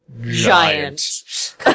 Giant